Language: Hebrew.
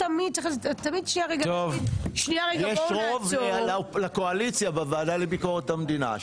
יש רוב לקואליציה בוועדה לביקורת המדינה.